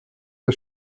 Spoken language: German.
der